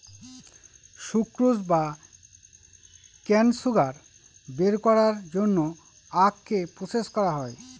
sucrose বা cane sugar বের করার জন্য আখকে প্রসেস করা হয়